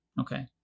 Okay